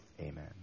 Amen